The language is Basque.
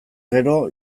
gero